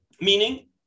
meaning